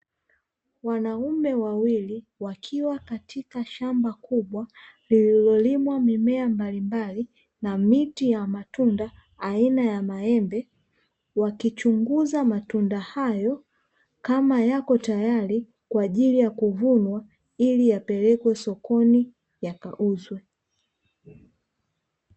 Wanaume wawili wakiwa katika shamba kubwa lililolimwa mimea mbalimbali na miti ya matunda aina ya maembe, wakichunguza matunda hayo kama yako tayari kwa ajili ya kuvunwa ili yapelekwe sokoni yakauzwe.